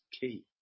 key